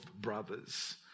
brothers